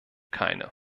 keine